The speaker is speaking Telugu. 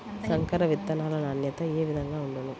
సంకర విత్తనాల నాణ్యత ఏ విధముగా ఉండును?